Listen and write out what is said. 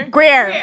Greer